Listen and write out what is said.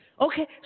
Okay